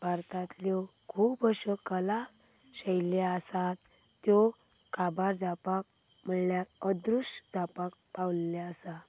भारतांतल्यो खूब अशो कला शैली आसात त्यो काबार जावपाक म्हणल्यार अदृश्य जावपाक पाविल्ल्यो आसात